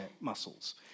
muscles